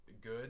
good